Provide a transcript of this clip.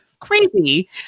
Crazy